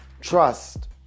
Trust